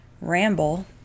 ramble